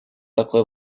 такой